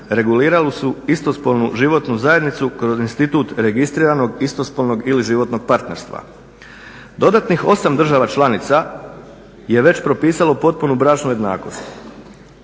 regulirali su istospolnu životnu zajednicu kroz institut registriranog istospolnog ili životnog partnerstva. Dodatnih 8 država članica je već propisalo potpunu bračnu jednakost.